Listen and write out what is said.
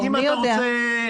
מי יודע,